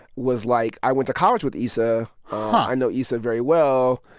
was like, i went to college with issa. i know issa very well,